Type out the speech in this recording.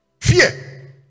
fear